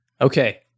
okay